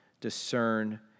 discern